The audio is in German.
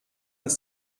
aber